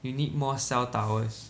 you need more cell towers